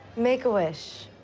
make-a-wish.